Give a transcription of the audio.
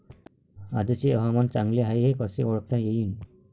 आजचे हवामान चांगले हाये हे कसे ओळखता येईन?